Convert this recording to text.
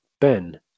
Ben